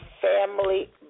family